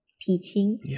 teaching